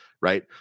right